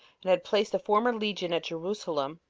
and had placed the former legion at jerusalem,